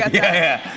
yeah,